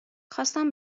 خواستم